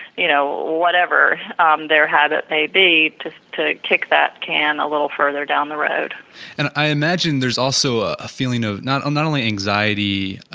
you know, whatever um their habit maybe just to kick that can a little further down the road and, i imagine there is also ah a feeling of, not not only anxiety,